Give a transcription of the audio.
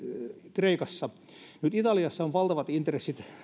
kreikassa nyt ranskan pankkisektorilla on valtavat intressit